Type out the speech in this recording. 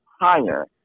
higher